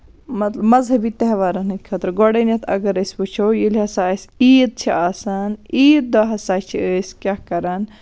مت مَذہبی تہوارَن ہِندۍ خٲطرٕ گۄڈٕنیٚتھ اَگر أسۍ وُچھو ییٚلہِ ہسا اَسہِ عیٖد چھےٚ آسان عیٖد دۄہ ہسا چھِ أسۍ کیاہ کران